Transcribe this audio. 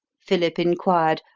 philip inquired,